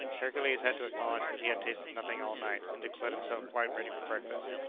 hercules had to acknowledge that he had tasted nothing all night, and declared himself quite ready for breakfast.